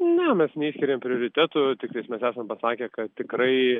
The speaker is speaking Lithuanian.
ne mes neišskiriam prioritetų tiktais mes esam pasakę kad tikrai